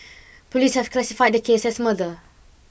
police have classified the case as murder